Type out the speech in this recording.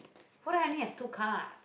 what do I need have two cards